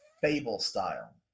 Fable-style